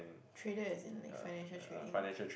trader as in like financial trading ah